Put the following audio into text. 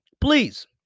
Please